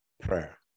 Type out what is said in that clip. prayer